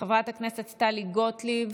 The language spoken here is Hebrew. חברת הכנסת טלי גוטליב,